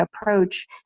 approach